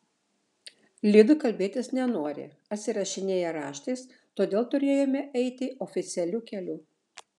lidl kalbėtis nenori atsirašinėja raštais todėl turėjome eiti oficialiu keliu